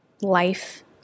life